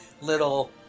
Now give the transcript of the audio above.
little